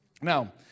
Now